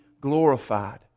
glorified